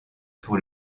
pour